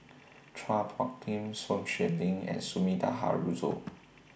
Chua Phung Kim Sun Xueling and Sumida Haruzo